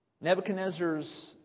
Nebuchadnezzar's